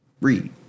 Read